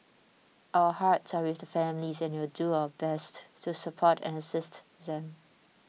our hearts are with the families and will do our best to support and assist them